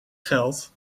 geld